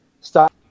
stop